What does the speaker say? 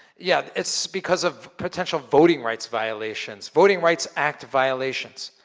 yeah, it's because of potential voting rights violations. voting rights act violations.